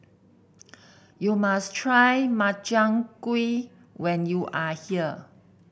you must try Makchang Gui when you are here